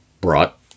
brought